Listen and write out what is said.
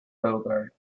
bogart